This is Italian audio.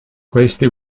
questi